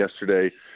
yesterday